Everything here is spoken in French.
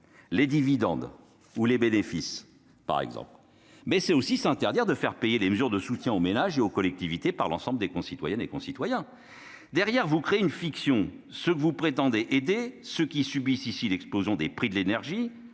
les dividendes ou les bénéfices par exemple, mais c'est également s'interdire de faire payer les mesures de soutien aux ménages et aux collectivités par l'ensemble des concitoyens. Ensuite, vous créez une fiction : vous prétendez aider ceux qui subissent l'explosion des prix de l'énergie